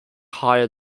higher